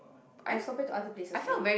as compare to other places maybe